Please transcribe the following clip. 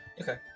Okay